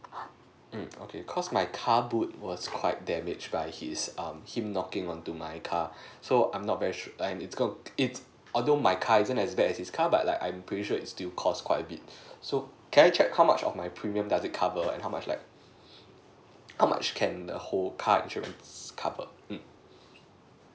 mm okay cause my car boot was quite damage by his um him knocking onto my car so I'm not very su~ I'm its called it's although my car isn't as bad as his car but like I'm pretty sure it's still cost quite a bit so can I check how much of my premium does it cover and how much like how much can the whole car insurance cover mm